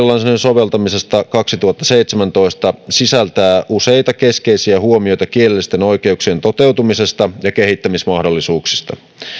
soveltamisesta kaksituhattaseitsemäntoista sisältää useita keskeisiä huomioita kielellisten oikeuksien toteutumisesta ja kehittämismahdollisuuksista